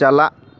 ᱪᱟᱞᱟᱜ